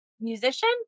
musician